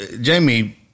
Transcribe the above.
Jamie